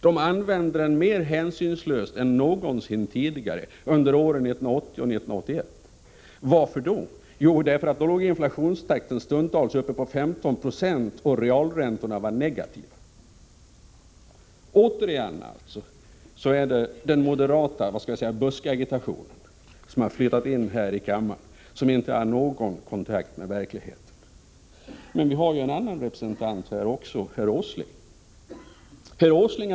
De använde den mer hänsynslöst än någonsin tidigare under åren 1980 och 1981. Varför då? Jo, då låg inflationstakten stundtals uppe på 15 26, och realräntorna var negativa. Återigen är det den moderata buskagitationen, som inte har någon kontakt med verkligheten, som har flyttat in i kammaren. Men vi har ju en annan representant här också: herr Åsling.